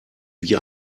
wie